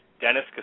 Dennis